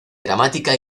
gramática